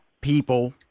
people